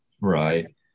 Right